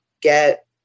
get